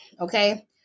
okay